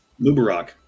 Mubarak